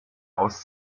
aus